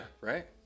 right